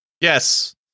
Yes